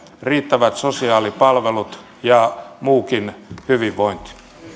riittävät sosiaalipalvelut ja muukin hyvinvointi